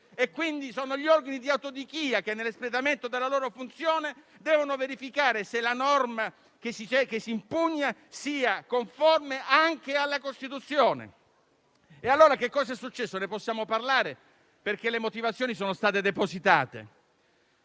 pertanto gli organi di autodichia che, nell'espletamento della loro funzione, devono verificare se la norma che si impugna sia conforme anche alla Costituzione. Che cosa è successo? Ne possiamo parlare, perché le motivazioni sono state depositate.